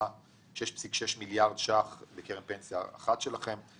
כ-6.6 מיליארד ₪ בקרן פנסיה אחת שלכם,